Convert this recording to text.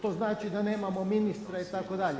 To znači da nemamo ministra itd.